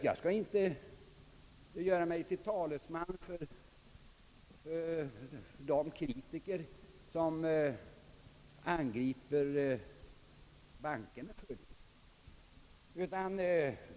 Jag skall inte göra mig till talesman för de kritiker som angriper bankerna för den sakens skull.